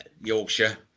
Yorkshire